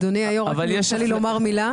אדוני היו"ר, אם יורשה לי לומר מילה.